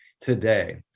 today